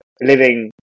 living